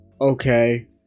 Okay